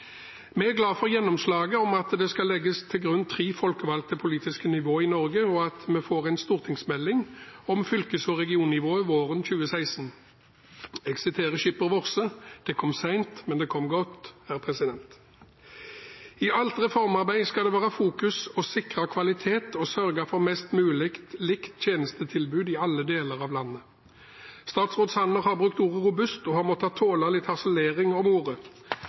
Vi er glad for gjennomslaget om at det skal legges til grunn tre folkevalgte politiske nivåer i Norge, og at vi får en stortingsmelding om fylkes- og regionnivået våren 2016. Jeg sier som skipper Worse: Det kom sent – herr president – men det kom godt! I alt reformarbeid skal det være fokus på å sikre kvalitet og sørge for mest mulig likt tjenestetilbud i alle deler av landet. Statsråd Sanner har brukt ordet «robust» og har måttet tåle litt harselering over ordet.